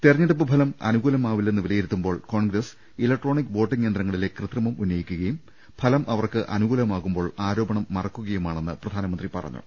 തിരഞ്ഞെടുപ്പ് ഫലം അനുകൂലമാവില്ലെന്ന് വിലയിരുത്തുമ്പോൾ കോൺഗ്രസ് ഇലക്ട്രോണിക് വോട്ടിങ് യന്ത്രങ്ങളിലെ കൃത്രിമം ഉന്ന യിക്കുകയും ഫലം അവർക്ക് അനുകൂലമാവുമ്പോൾ ആരോപണം മറ ക്കുകയുമാണെന്ന് പ്രധാനമന്ത്രി പറഞ്ഞു